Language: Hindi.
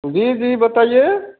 जी जी बताईए